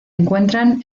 encuentran